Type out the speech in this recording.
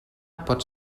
pot